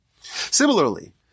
Similarly